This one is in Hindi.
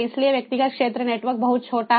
इसलिए व्यक्तिगत क्षेत्र नेटवर्क बहुत छोटा है